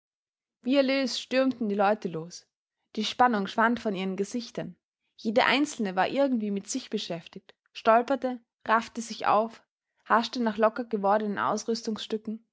erlöst stürmten die leute los die spannung schwand von ihren gesichtern jeder einzelne war irgendwie mit sich beschäftigt stolperte raffte sich auf haschte nach locker gewordenen